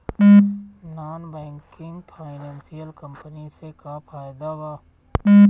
Non banking financial company से का फायदा बा?